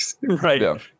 Right